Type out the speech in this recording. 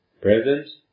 present